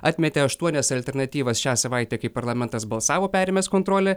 atmetė aštuonias alternatyvas šią savaitę kai parlamentas balsavo perėmęs kontrolę